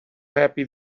happy